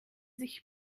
sich